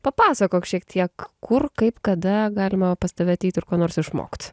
papasakok šiek tiek kur kaip kada galima pas tave ateit ir ko nors išmokt